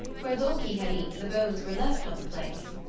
where loki had eaten, the bones were left on the plates.